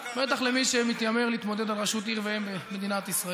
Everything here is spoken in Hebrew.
בטח למי שמתיימר להתמודד על ראשות עיר ואם במדינת ישראל.